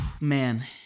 man